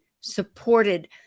supported